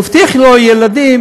הוא הבטיח לו ילדים,